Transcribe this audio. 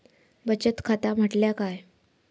बचत खाता म्हटल्या काय?